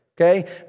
okay